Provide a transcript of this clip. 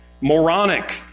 Moronic